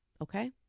Okay